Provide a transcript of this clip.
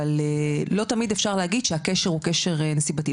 אבל לא תמיד אפשר להגיד שהקשר הוא קשר נסיבתי,